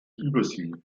übersee